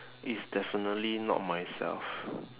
is definitely not myself